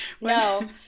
No